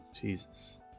Jesus